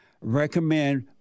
recommend